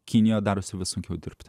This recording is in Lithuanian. kinija darosi vis sunkiau dirbti